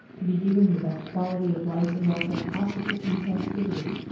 to be given the best quality of life and welfare possible in captivity,